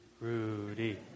Rudy